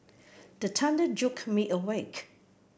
the thunder jolt me awake